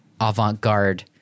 avant-garde